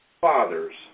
fathers